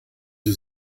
sie